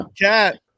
cat